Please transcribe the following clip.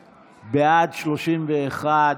בעד, 31,